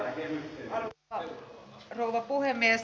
arvoisa rouva puhemies